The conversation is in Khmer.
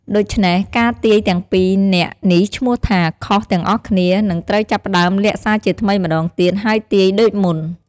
ដូច្នេះ ការទាយទាំង ២ នាក់នេះឈ្មោះថា ខុស ទាំងអស់គ្នា នឹងត្រូវចាប់ផ្តើមលាក់សាជាថ្មីម្តងទៀត ហើយទាយដូចមុន។